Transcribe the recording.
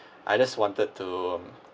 I just wanted to